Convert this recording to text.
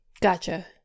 Gotcha